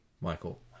Michael